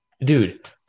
Dude